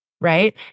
right